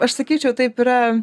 aš sakyčiau taip yra